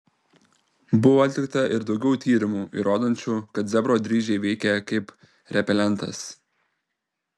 buvo atlikta ir daugiau tyrimų įrodančių kad zebro dryžiai veikia kaip repelentas